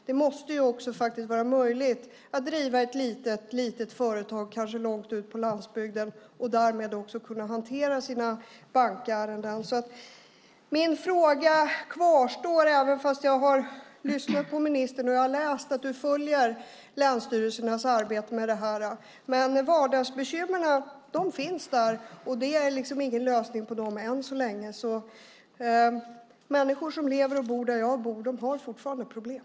Det måste vara möjligt att driva ett litet företag kanske långt ut på landsbygden och kunna hantera sina bankärenden. Min fråga kvarstår trots att jag har lyssnat på ministern och läst att ministern följer länsstyrelsernas arbete med detta. Vardagsbekymren finns där. Det finns ingen lösning på dem än så länge. Människor som lever och bor där jag bor har fortfarande problem.